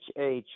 HH